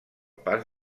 pas